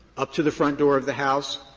up to the front door of the house,